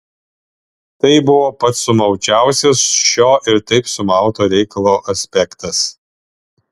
tai buvo pats sumaučiausias šio ir taip sumauto reikalo aspektas